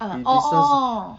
ah orh orh